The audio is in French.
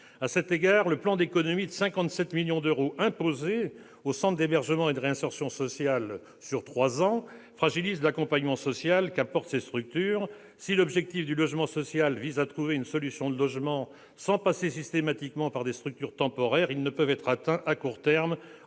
À cet égard, le plan d'économies de 57 millions d'euros imposé aux centres d'hébergement et de réinsertion sociale sur trois ans fragilise l'accompagnement social qu'apportent ces structures. Si l'objectif du plan Logement d'abord vise à trouver une solution de logement sans passer systématiquement par des structures temporaires, il ne peut être atteint à court terme